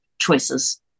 choices